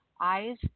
eyes